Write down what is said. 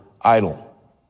idol